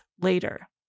later